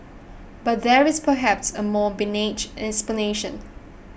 but there is perhaps a more benign explanation